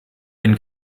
den